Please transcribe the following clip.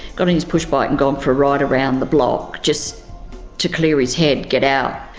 got on his pushbike and gone for a ride around the block just to clear his head, get out.